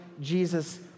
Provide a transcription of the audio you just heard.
Jesus